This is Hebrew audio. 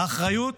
האחריות